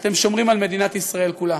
אתם שומרים על מדינת ישראל כולה.